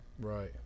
right